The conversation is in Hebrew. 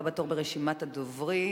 הבא בתור ברשימת הדוברים,